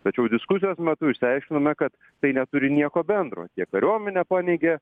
tačiau diskusijos metu išsiaiškinome kad tai neturi nieko bendro tiek kariuomenė paneigė